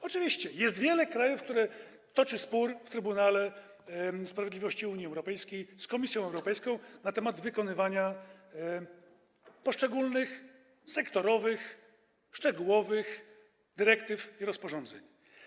Oczywiście jest wiele krajów, które toczą spór w Trybunale Sprawiedliwości Unii Europejskiej z Komisją Europejską na temat wykonywania poszczególnych, sektorowych, szczegółowych dyrektyw i rozporządzeń.